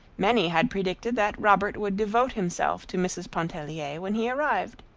many had predicted that robert would devote himself to mrs. pontellier when he arrived.